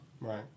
Right